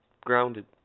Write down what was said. grounded